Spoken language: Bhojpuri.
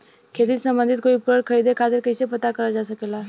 खेती से सम्बन्धित कोई उपकरण खरीदे खातीर कइसे पता करल जा सकेला?